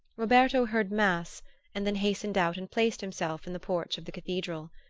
roberto heard mass and then hastened out and placed himself in the porch of the cathedral.